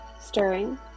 Stirring